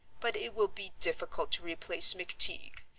but it will be difficult to replace mcteague.